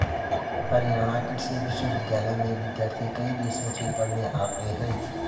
हरियाणा कृषि विश्वविद्यालय में विद्यार्थी कई देशों से पढ़ने आते हैं